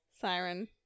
siren